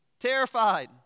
Terrified